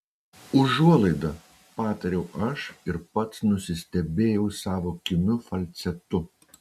užuolaida patariau aš ir pats nusistebėjau savo kimiu falcetu